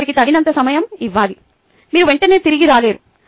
మీరు వారికి తగినంత సమయం ఇవ్వాలి మీరు వెంటనే తిరిగి రాలేరు